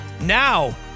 now